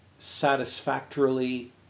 satisfactorily